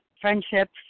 friendships